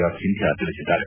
R Sindhya ತಿಳಿಸಿದ್ದಾರೆ